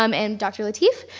um and dr. lateef.